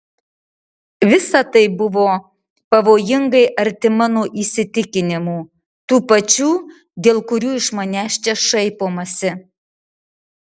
visa tai buvo pavojingai arti mano įsitikinimų tų pačių dėl kurių iš manęs čia šaipomasi